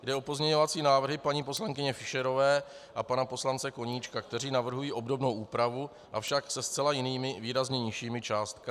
Jde o pozměňovací návrhy paní poslankyně Fischerové a pana poslance Koníčka, kteří navrhují obdobnou úpravu, avšak se zcela jinými, výrazně nižšími částkami.